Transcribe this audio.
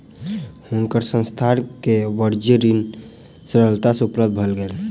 हुनकर संस्थान के वाणिज्य ऋण सरलता सँ उपलब्ध भ गेल